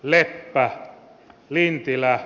leikkaa lintilä